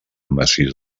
massís